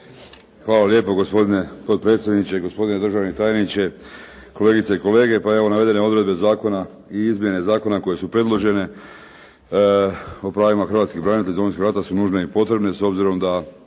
Hvala lijepo gospodine potpredsjedniče i gospodine državni tajniče, kolegice i kolege. Pa evo, navedene odredbe zakona i izmjene zakona koje su predložene o pravima hrvatskih branitelja iz Domovinskog rata su nužne i potrebne s obzirom da